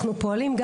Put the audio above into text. אנחנו פועלים,